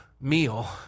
meal